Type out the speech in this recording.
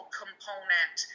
component